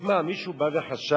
אז מה, מישהו בא וחשב,